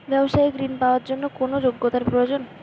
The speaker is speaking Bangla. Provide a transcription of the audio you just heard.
ব্যবসায়িক ঋণ পাওয়ার জন্যে কি যোগ্যতা প্রয়োজন?